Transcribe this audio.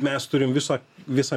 mes turim viso visą